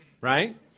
right